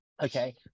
Okay